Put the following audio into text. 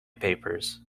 papers